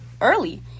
early